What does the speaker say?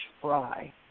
fry